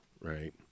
right